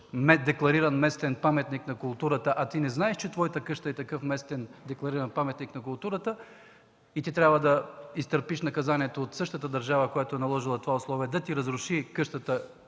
недеклариран местен паметник на културата, а ти не знаеш, че твоята къща е такъв местен деклариран паметник на културата и трябва да изтърпиш наказанието от същата държава, която е наложила това условие, да ти разруши къщата,